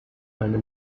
eine